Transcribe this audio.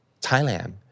Thailand